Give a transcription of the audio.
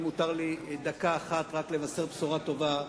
אם מותר לי דקה אחת רק לבשר בשורה טובה: